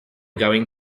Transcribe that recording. going